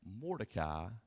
Mordecai